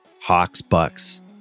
Hawks-Bucks